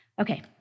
Okay